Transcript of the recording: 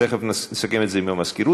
תכף נסכם את זה עם המזכירות.